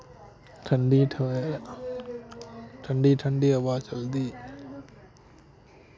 ठंडी ठ ठंडी ठंडी हवा चलदी